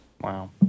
Wow